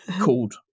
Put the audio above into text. called